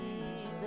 Jesus